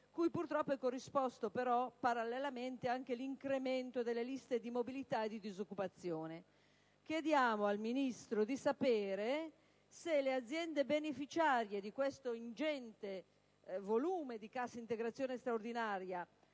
cui purtroppo è corrisposto peraltro, parallelamente, anche l'incremento delle liste di mobilità e di disoccupazione. Chiediamo al Ministro di sapere se le aziende beneficiarie di questo ingente volume di erogazioni per la cassa integrazione straordinaria